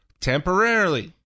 temporarily